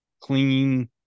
clean